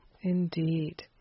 indeed